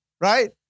right